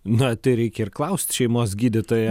na tai reikia ir klaust šeimos gydytojo